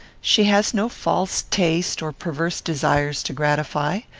she has no false taste or perverse desires to gratify.